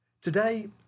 Today